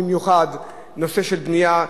במיוחד בנושא הבנייה,